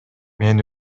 мен